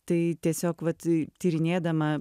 tai tiesiog vat tyrinėdama